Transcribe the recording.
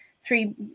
three